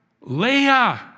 Leah